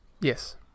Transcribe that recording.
Yes